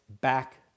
back